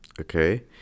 Okay